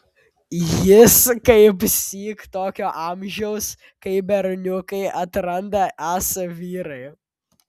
jis kaipsyk tokio amžiaus kai berniukai atranda esą vyrai